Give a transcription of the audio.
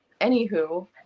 Anywho